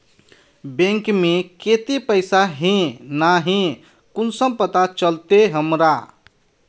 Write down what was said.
Bank में केते पैसा है ना है कुंसम पता चलते हमरा?